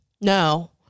no